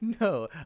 No